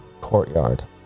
courtyard